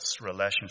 relationship